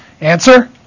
Answer